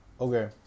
okay